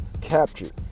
Captured